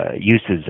uses